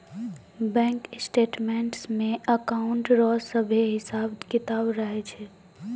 bank statements मे account रो सभे हिसाब किताब रहै छै